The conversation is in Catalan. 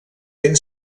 ben